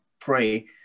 pray